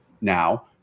Now